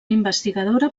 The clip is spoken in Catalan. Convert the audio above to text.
investigadora